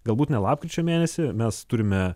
galbūt ne lapkričio mėnesį mes turime